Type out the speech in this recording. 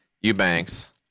Eubanks